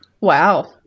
wow